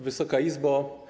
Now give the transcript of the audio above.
Wysoka Izbo!